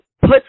put